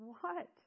What